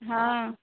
हँ